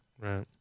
Right